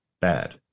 bad